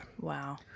Wow